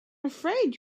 afraid